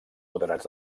moderats